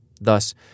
Thus